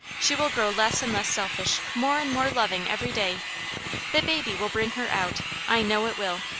she will grow less and less selfish, more and more loving, every day that baby will bring her out, i know it will.